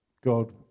God